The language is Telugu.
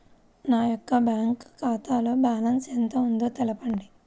నా యొక్క బ్యాంక్ ఖాతాలో బ్యాలెన్స్ ఎంత ఉందో తెలపండి?